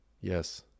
yes